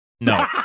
No